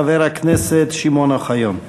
חבר הכנסת שמעון אוחיון.